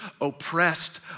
oppressed